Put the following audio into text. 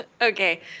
Okay